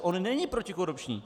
On není protikorupční.